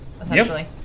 essentially